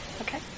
okay